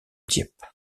dieppe